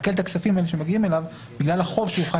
לעקל את הכספים האלה שמגיעים אליו בגלל החוב שהוא חייב להם.